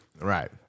Right